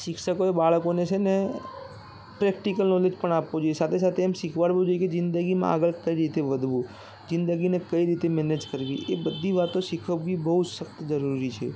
શિક્ષકોએ બાળકોને છે ને પ્રેક્ટિકલ નોલેજ પણ આપવું જોઈએ સાથે સાથે એમ શીખવાડવું જોઈએ કે જીંદગીમાં કઈ રીતે આગળ વધવું જીંદગીને કઈ રીતે મેનેજ કરવી એ બધી વાતો શીખવવી બહુ સખ્ત જરૂરી છે